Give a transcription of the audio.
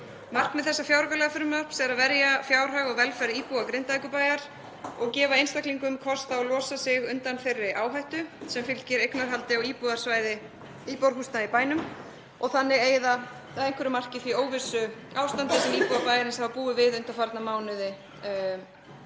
Markmið þessa fjáraukalagafrumvarps er að verja fjárhag og velferð íbúa Grindavíkurbæjar og gefa einstaklingum kost á að losa sig undan þeirri áhættu sem fylgir eignarhaldi á íbúðarhúsnæði í bænum og eyða þannig að einhverju marki því óvissuástandi sem íbúar bæjarins hafa búið við undanfarna mánuði.